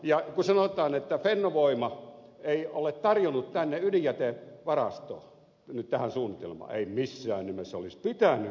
ja kun sanotaan että fennovoima ei ole tarjonnut tänne ydinjätevarastoa nyt tähän suunnitelmaan ei missään nimessä olisi pitänytkään hyvänen aika